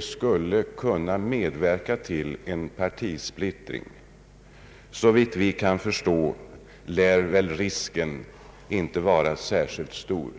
skulle kunna medverka till en partisplittring. Såvitt vi kan förstå lär. risken inte vara särskilt stor.